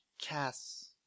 Cass